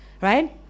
right